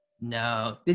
No